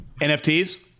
NFTs